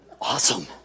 Awesome